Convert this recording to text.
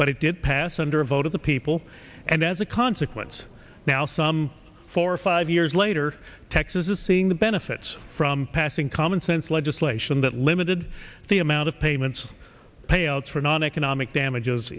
but it did pass under a vote of the people and as a consequence now some four or five years later texas is seeing the benefits from passing commonsense legislation that limited the amount of payments payouts for non economic damages